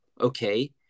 Okay